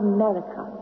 America